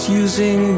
using